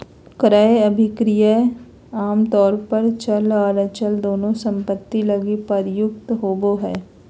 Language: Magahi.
क्रय अभिक्रय आमतौर पर चल आर अचल दोनों सम्पत्ति लगी प्रयुक्त होबो हय